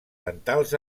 dentals